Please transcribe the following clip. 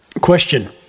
Question